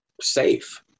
safe